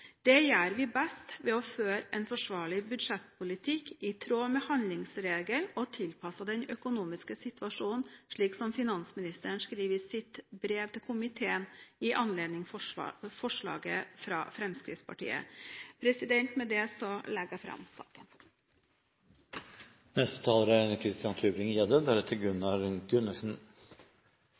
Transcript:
Det gjør vi best ved å føre en forsvarlig budsjettpolitikk i tråd med handlingsregelen og tilpasset den økonomiske situasjonen, slik som finansministeren skriver i sitt brev til komiteen i anledning forslaget fra Fremskrittspartiet. Med det legger jeg fram